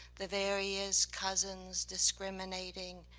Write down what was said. the various cousins discriminating,